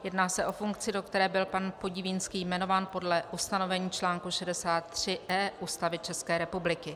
Jedná se o funkci, do které byl pan Podivínský jmenován podle ustanovení článku 63e) Ústavy České republiky.